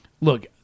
Look